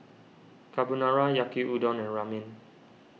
Carbonara Yaki Udon and Ramen